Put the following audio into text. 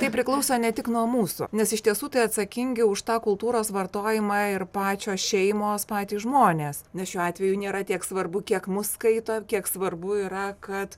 tai priklauso ne tik nuo mūsų nes iš tiesų tai atsakingi už tą kultūros vartojimą ir pačios šeimos patys žmonės nes šiuo atveju nėra tiek svarbu kiek mus skaito kiek svarbu yra kad